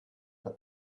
had